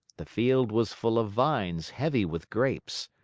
the field was full of vines heavy with grapes.